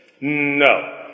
No